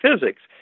physics